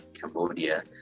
Cambodia